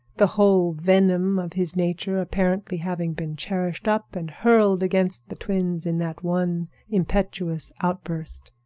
the whole venom of his nature apparently having been cherished up and hurled against the twins in that one impetuous outburst.